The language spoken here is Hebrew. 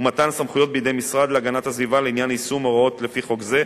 ומתן סמכויות בידי המשרד להגנת הסביבה לעניין יישום ההוראות לפי חוק זה,